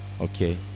Okay